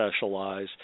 specialize